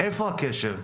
איפה הקשר?